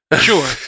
sure